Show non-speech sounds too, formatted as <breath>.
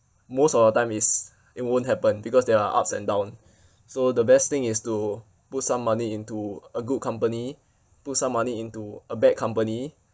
most of the time is it won't happen because there are ups and down <breath> so the best thing is to put some money into a good company put some money into a bad company